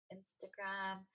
Instagram